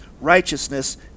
righteousness